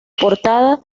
portada